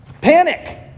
Panic